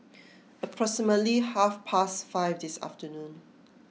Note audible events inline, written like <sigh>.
<noise> approximately half past five this afternoon